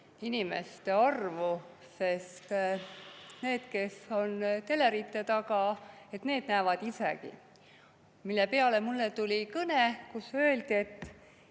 inimeste arvu, sest need, kes on telerite taga, näevad isegi. Selle peale tuli mulle kõne, öeldi, et